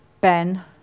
Ben